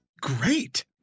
great